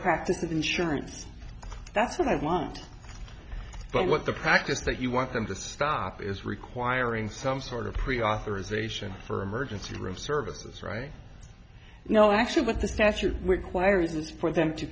practice of insurance that's what i want but what the practice that you want them to stop is requiring some sort of preauthorization for emergency room services right now actually what the statute requires is for them to